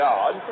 God